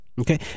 Okay